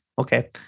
Okay